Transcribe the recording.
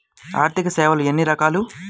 ఆర్థిక సేవలు ఎన్ని రకాలు?